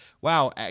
Wow